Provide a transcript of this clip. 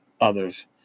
others